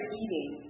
eating